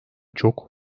çok